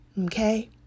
Okay